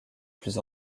plus